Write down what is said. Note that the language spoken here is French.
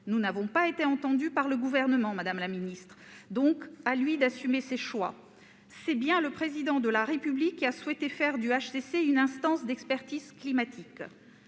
Nous n'avons pas été écoutés par le Gouvernement, madame la ministre : à lui d'assumer ses choix ! C'est bien le Président de la République qui a souhaité faire du HCC une instance d'expertise climatique.